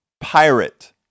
Pirate